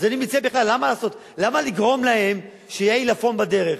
אז אני מציע בכלל: למה לגרום להם שיהיה עילפון בדרך?